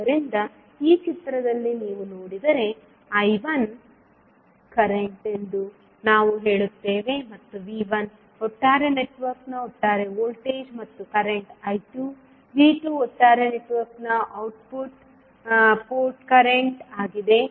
ಆದ್ದರಿಂದ ಈ ಚಿತ್ರದಲ್ಲಿ ನೀವು ನೋಡಿದರೆ I1 ಕರೆಂಟ್ ಎಂದು ನಾವು ಹೇಳುತ್ತೇವೆ ಮತ್ತು V1 ಒಟ್ಟಾರೆ ನೆಟ್ವರ್ಕ್ನ ಒಟ್ಟಾರೆ ವೋಲ್ಟೇಜ್ ಮತ್ತು ಕರೆಂಟ್ I2 V2 ಒಟ್ಟಾರೆ ನೆಟ್ವರ್ಕ್ನ ಔಟ್ಪುಟ್ ಪೋರ್ಟ್ ಕರೆಂಟ್ ಆಗಿದೆ